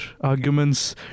arguments